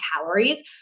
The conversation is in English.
calories